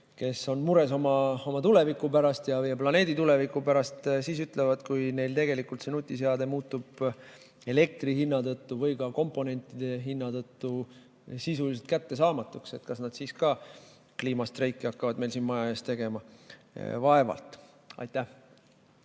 kes on mures oma tuleviku pärast ja meie planeedi tuleviku pärast, siis ütlevad, kui neil see nutiseade muutub elektri hinna tõttu või ka komponentide hinna tõttu sisuliselt kättesaamatuks? Kas nad siis ka kliimastreike hakkavad meil siin maja ees tegema? Vaevalt. Aitäh!